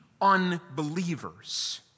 unbelievers